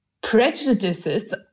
prejudices